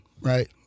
right